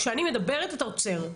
כשאני מדברת, אתה עוצר.